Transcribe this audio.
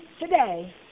today